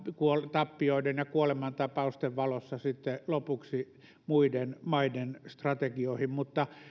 tappioiden ja kuolemantapausten valossa sitten lopuksi muiden maiden strategioihin mutta